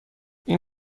این